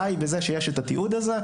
די בזה שיש התיעוד הזה,